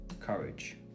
courage